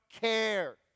care